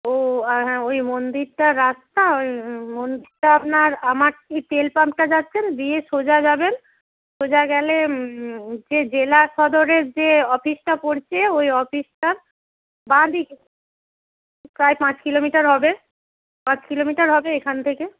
ও হ্যাঁ ওই মন্দিরটার রাস্তা ওই মন্দিরটা আপনার আমার ঠিক তেল পাম্পটা যাচ্ছেন দিয়ে সোজা যাবেন সোজা গেলে যে জেলা সদরের যে অফিসটা পড়ছে ওই অফিসটার বাঁ দিকে প্রায় পাঁচ কিলোমিটার হবে পাঁচ কিলোমিটার হবে এখান থেকে